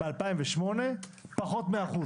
ב-2008 הוא היה פחות מ-1%.